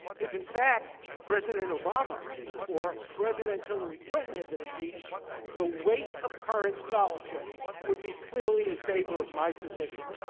if in fact president obama or president hillary clinton had been impeached the weight of current scholarship would be clearly in favor of my position.